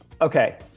Okay